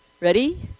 Ready